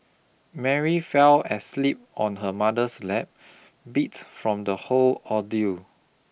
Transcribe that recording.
Mary fell asleep on her mother's lap beat from the whole ordeal